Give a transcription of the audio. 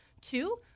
Two